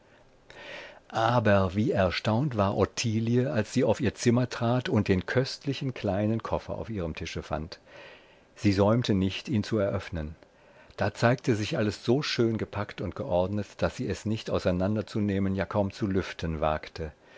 aber wie erstaunt war ottilie als sie auf ihr zimmer trat und den köstlichen kleinen koffer auf ihrem tische fand sie säumte nicht ihn zu eröffnen da zeigte sich alles so schön gepackt und geordnet daß sie es nicht auseinanderzunehmen ja kaum zu lüften wagte